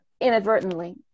inadvertently